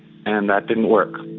and that didn't work.